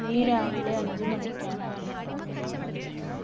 നീ രാവിലെ അഞ്ച് മണിക്കാണോ അലാറം വെച്ചത്